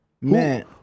Man